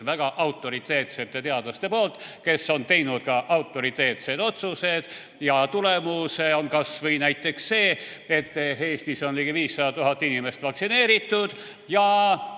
Väga autoriteetseted teadlased on teinud ka autoriteetsed otsused ja tulemus on kas või näiteks see, et Eestis on ligi 500 000 inimest vaktsineeritud ja